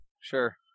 Sure